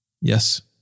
Yes